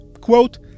Quote